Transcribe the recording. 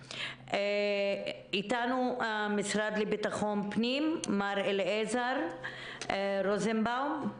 איתנו המשרד לביטחון פנים, מר אליעזר רוזנבאום.